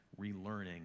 relearning